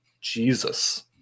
Jesus